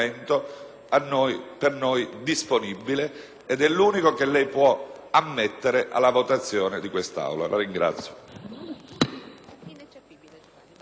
per noi disponibile e l'unico che lei può ammettere alla votazione di quest'Aula. *(Applausi